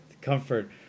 comfort